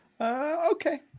Okay